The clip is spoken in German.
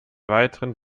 weiteren